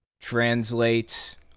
translates